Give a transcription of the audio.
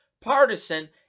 partisan